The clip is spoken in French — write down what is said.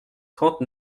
trente